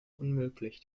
unmöglich